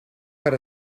per